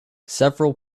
several